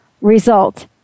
result